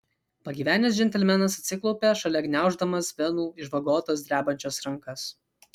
pagyvenęs džentelmenas atsiklaupė šalia gniauždamas venų išvagotas drebančias rankas